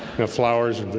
the flowers of the